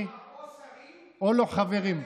כל השאר או שרים או סגני שרים.